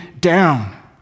down